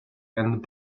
and